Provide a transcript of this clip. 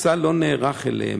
וצה"ל לא נערך אליהן,